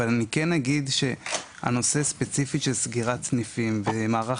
אבל אני כן אגיד שהנושא של סגירת סניפים ומערך